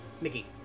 Mickey